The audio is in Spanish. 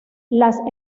las